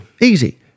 Easy